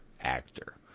actor